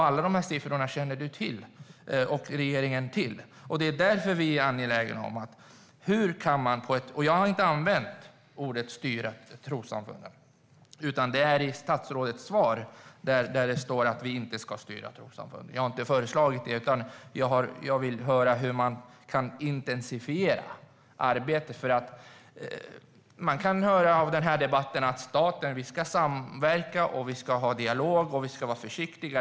Alla dessa siffror känner du och regeringen till. Det är därför vi är angelägna om detta. Jag har inte sagt att man ska styra trossamfunden. Det är statsrådet som i sitt svar säger att vi inte ska styra trossamfunden. Jag har inte föreslagit det, utan jag vill höra hur man kan intensifiera arbetet. Man kan höra i den här debatten att staten ska samverka. Vi ska ha dialog, och vi ska vara försiktiga.